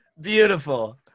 Beautiful